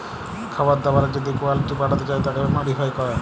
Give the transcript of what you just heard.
খাবার দাবারের যদি কুয়ালিটি বাড়াতে চায় তাকে মডিফাই ক্যরে